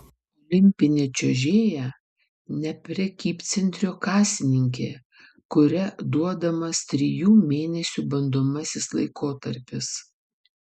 olimpinė čiuožėja ne prekybcentrio kasininkė kuria duodamas trijų mėnesių bandomasis laikotarpis